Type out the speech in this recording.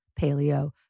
paleo